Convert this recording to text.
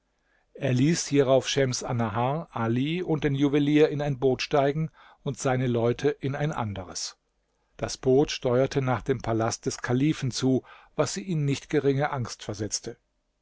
er ließ hierauf schems annahar ali und den juwelier in ein boot steigen und seine leute in ein anderes das boot steuerte nach dem palast des kalifen zu was sie in nicht geringe angst versetzte